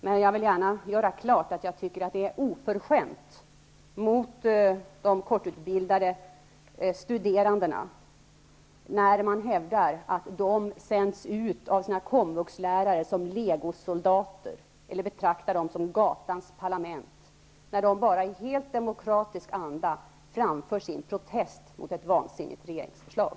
Men jag vill gärna göra klart att jag tycker att det är oförskämt mot de kortutbildade studerande när man hävdar att de sänds ut av sina komvuxlärare som legosoldater eller när man betraktar dem som gatans parlament, när de bara i helt demokratisk anda framför sin protest mot ett vansinnigt regeringsförslag.